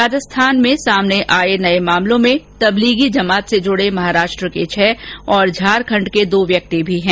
राजस्थान में सामने आए नए मामलों में तबलीगी जमात से जुड़े महाराष्ट्र के छह और झारखंड के दो व्यक्ति भी है